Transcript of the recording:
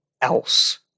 else